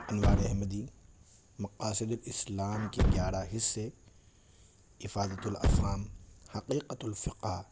انوار احمدی مقاصد الاسلام کے گیارہ حصے افادۃ الافہام حقیقت الفقہ